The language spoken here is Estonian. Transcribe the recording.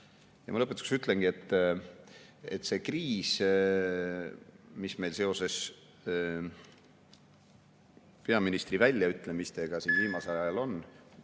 olemas. Lõpetuseks ütlengi, et see kriis, mis meil seoses peaministri väljaütlemistega siin viimasel ajal on